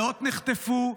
מאות נחטפו,